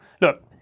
look